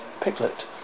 Piglet